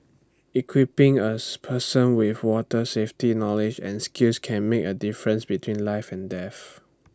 equipping A person with water safety knowledge and skills can make A difference between life and death